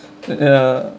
ya